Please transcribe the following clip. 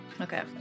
Okay